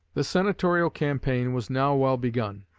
the senatorial campaign was now well begun.